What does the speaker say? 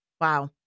Wow